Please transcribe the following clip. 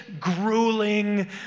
grueling